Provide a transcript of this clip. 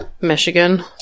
Michigan